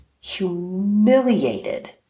humiliated